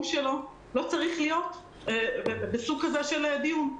שלו לא צריך להיות בסוג כזה של דיון.